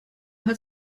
hat